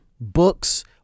books